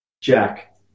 Jack